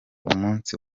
umunsi